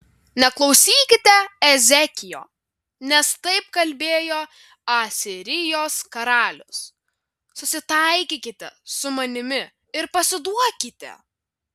neklausykite ezekijo nes taip kalbėjo asirijos karalius susitaikykite su manimi ir pasiduokite